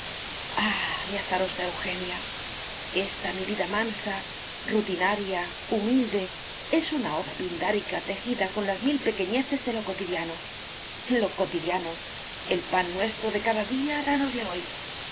mi azarosa eugenia esta mi vida mansa rutinaria humilde es una oda pindárica tejida con las mil pequeñeces de lo cotidiano lo cotidiano el pan nuestro de cada día dánosle hoy